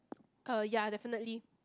uh ya definitely